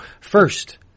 First